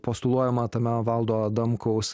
postuluoja matome valdo adamkaus